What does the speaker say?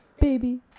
baby